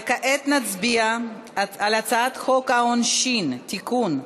וכעת נצביע על הצעת חוק העונשין (תיקון,